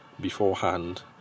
beforehand